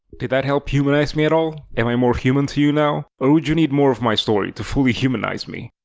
did that help humanize me at all? am i more human to you now? or would you need more of my story to fully humanize me?